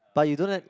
but you don't